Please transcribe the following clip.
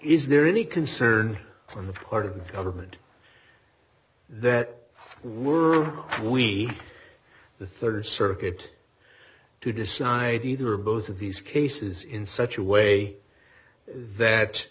is there any concern on the part of the government that we the rd circuit to decide either or both of these cases in such a way that